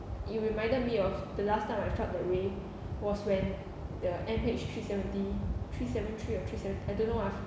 you reminded me of the last time I felt that way was when the M_H three seventy three seven three or three seven I don't know ah